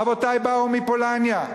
אבותי באו מפולניה,